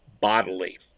bodily